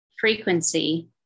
frequency